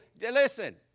listen